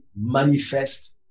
manifest